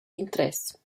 interess